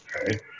okay